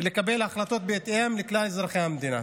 ולקבל החלטות בהתאם לכלל אזרחי המדינה.